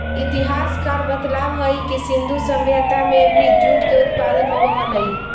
इतिहासकार बतलावऽ हई कि सिन्धु सभ्यता में भी जूट के उत्पादन होवऽ हलई